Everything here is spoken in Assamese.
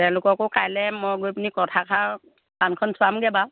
তেওঁলোককো কাইলৈ মই গৈ পিনি কথাষাৰ কাণখন চোৱামগৈ বাৰু